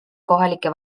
kohalike